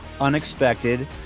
unexpected